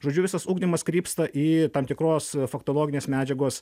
žodžiu visas ugdymas krypsta į tam tikros faktologinės medžiagos